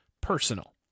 personal